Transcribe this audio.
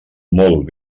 molt